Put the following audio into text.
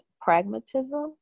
pragmatism